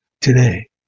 today